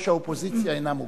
ראש האופוזיציה אינה מוגבלת.